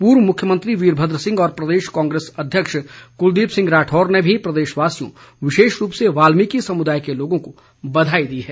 पूर्व मुख्यमंत्री वीरभद्र सिंह और प्रदेश कांग्रेस अध्यक्ष कुलदीप राठौर ने भी प्रदेशवासियों विशेष रूप से वाल्मिकी समुदाय के लोगों को बधाई दी है